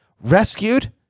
rescued